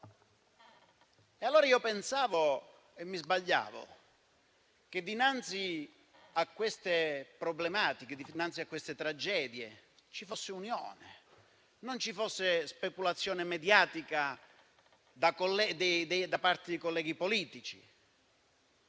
tragedia. Pensavo, sbagliando, che dinanzi a queste problematiche, a queste tragedie, ci fosse unione e non speculazione mediatica da parte di colleghi politici.